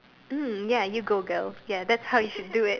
mm ya you go girl ya that's how you should do it